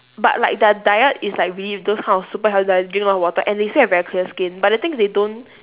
but like their diet is like really those kind of super healthy diet drink a lot of water and they still have very clear skin but the thing is they don't